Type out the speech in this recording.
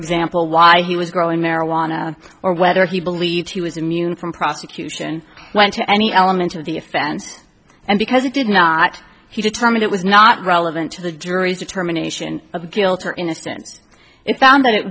example why he was growing marijuana or whether he believed he was immune from prosecution went to any element of the offense and because it did not he determine it was not relevant to the drury's determination of guilt or innocence it found that it